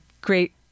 great